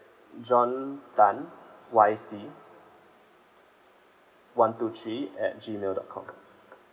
john tan Y C one two three at gmail dot com